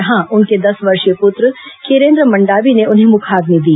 जहां उनके दस वर्षीय पुत्र खिरेन्द्र मंडावी ने उन्हें मुखाग्नि दी